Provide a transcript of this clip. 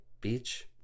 Beach